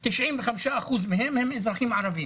ש-95% מהם הם אזרחים ערביים.